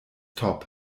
top